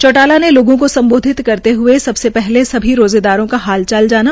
चौटाला ने लोगों को संबोधित करते हुए सबसे पहले सभी रोजेदारों का हाल चाल जाना